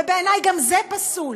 ובעיני גם זה פסול.